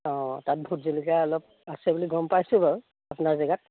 অঁ তাত ভূত জলকীয়া অলপ আছে বুলি গম পাইছোঁ বাৰু আপোনাৰ জেগাত